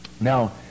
Now